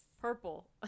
purple